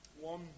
One